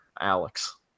Alex